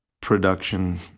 production